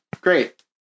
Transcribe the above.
Great